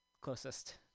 closest